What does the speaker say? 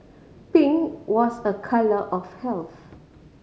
pink was a colour of health